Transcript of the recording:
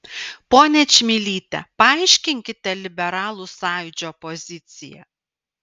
ponia čmilyte paaiškinkite liberalų sąjūdžio poziciją